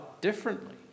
differently